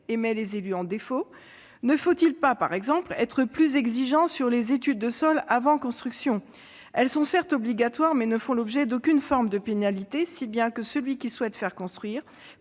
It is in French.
et met les élus en défaut, ne faut-il pas, par exemple, être plus exigeant sur les études de sol avant construction ? Elles sont certes obligatoires, mais ne font l'objet d'aucune forme de pénalité, si bien que celui qui souhaite faire construire